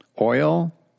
Oil